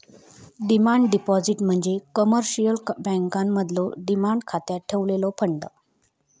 demand deposit म्हणजे commercial बँकांमधलो demand खात्यात ठेवलेलो फंड